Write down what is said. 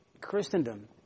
Christendom